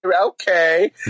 Okay